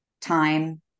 time